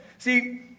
See